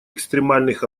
экстремальных